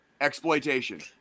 exploitation